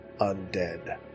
undead